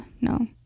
no